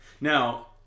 Now